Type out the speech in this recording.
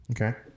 okay